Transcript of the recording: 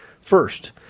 First